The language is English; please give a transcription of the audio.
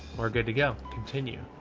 we're good to go. continue.